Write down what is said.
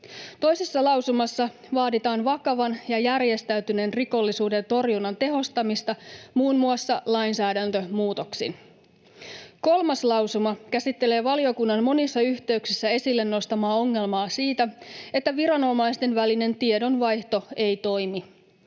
Toisessa lausumassa vaaditaan vakavan ja järjestäytyneen rikollisuuden torjunnan tehostamista muun muassa lainsäädäntömuutoksin. Kolmas lausuma käsittelee valiokunnan monissa yhteyksissä esille nostamaa ongelmaa siitä, että viranomaisten välinen tiedonvaihto ei toimi.